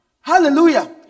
Hallelujah